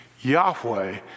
Yahweh